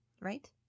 Right